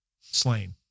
slain